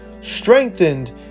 strengthened